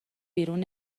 بیرون